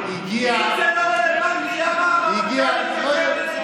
אם זה לא רלוונטי, למה הרמטכ"ל מתקשר לנתניהו?